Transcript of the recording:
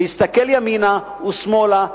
להסתכל ימינה ושמאלה,